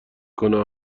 کنه